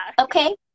okay